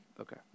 Okay